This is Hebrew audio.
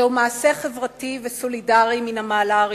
זהו מעשה חברתי וסולידרי מהמעלה הראשונה,